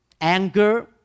Anger